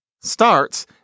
starts